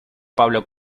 pablo